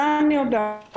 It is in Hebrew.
זה אני יודעת,